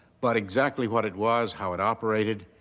but exactly what it was, how it operated,